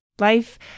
Life